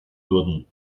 würden